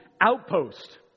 Outpost